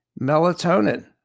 melatonin